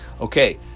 okay